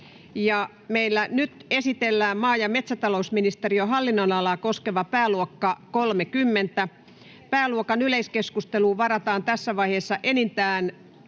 Content: Esitellään maa- ja metsätalousministeriön hallinnonalaa koskeva pääluokka 30. Pääluokan yleiskeskusteluun varataan tässä vaiheessa enintään puolitoista